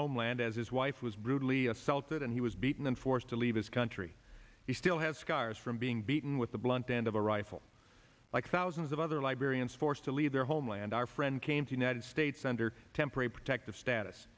homeland as his wife was brutally assaulted and he was beaten and forced to leave his country he still has scars from being beaten with the blunt end of a rifle like thousands of other liberians forced to leave their homeland our friend came to united states under temporary protective status